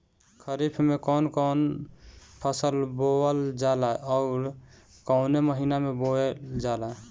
खरिफ में कौन कौं फसल बोवल जाला अउर काउने महीने में बोवेल जाला?